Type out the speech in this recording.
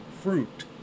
fruit